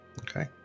Okay